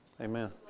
Amen